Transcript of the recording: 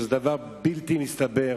שזה דבר בלתי סביר.